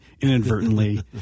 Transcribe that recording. inadvertently